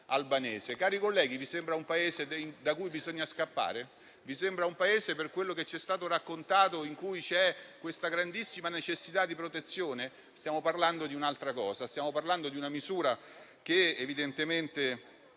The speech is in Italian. Cari colleghi, vi sembra un Paese da cui bisogna scappare? Vi sembra un Paese - per quello che ci è stato raccontato - in cui c'è questa grandissima necessità di protezione? Stiamo parlando di un'altra cosa, stiamo parlando di una misura che evidentemente